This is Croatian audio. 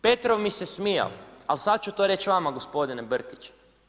Petrov mi se smijao ali sada ću to reći vama gospodine Brkić.